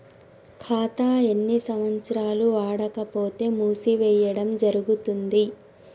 ఖాతా ఎన్ని సంవత్సరాలు వాడకపోతే మూసివేయడం జరుగుతుంది?